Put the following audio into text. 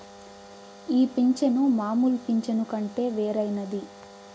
ఈ పింఛను మామూలు పింఛను కంటే వేరైనది